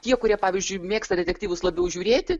tie kurie pavyzdžiui mėgsta detektyvus labiau žiūrėti